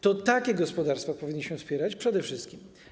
To takie gospodarstwa powinniśmy wspierać przede wszystkim.